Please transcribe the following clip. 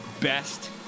best